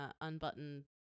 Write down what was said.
unbuttoned